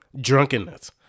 drunkenness